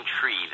tree